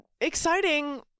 exciting